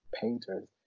painters